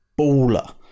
baller